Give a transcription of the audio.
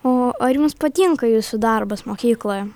o ar jums patinka jūsų darbas mokykloje